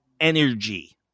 energy